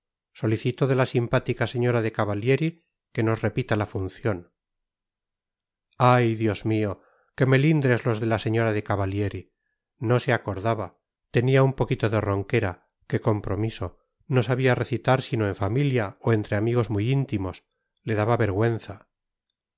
solicito de la simpática señora de cavallieri que nos repita la función ay dios mío qué melindres los de la señora de cavallieri no se acordaba tenía un poquito de ronquera qué compromiso no sabía recitar sino en familia o entre amigos muy íntimos le daba vergüenza